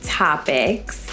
topics